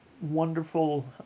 wonderful